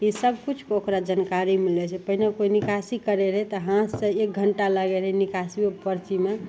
ई सबकिछु ओकरा जानकारी मिलै छै पहिले कोइ निकासी करै रहै तऽ हाथसे एक घण्टा लागै रहै निकासीमे परचीमे